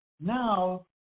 now